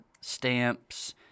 Stamps